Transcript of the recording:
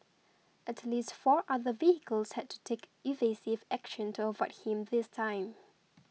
at least four other vehicles had to take evasive action to avoid him this time